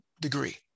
degree